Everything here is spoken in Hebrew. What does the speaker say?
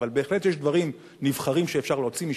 אבל בהחלט יש דברים נבחרים שאפשר להוציא משם,